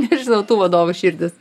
nežinau tų vadovų širdis